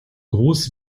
groß